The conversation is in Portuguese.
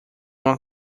uma